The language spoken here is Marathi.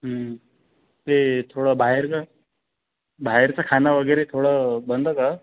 ते थोडं बाहेरचं बाहेरचं खाणं वगैरे थोडं बंद कर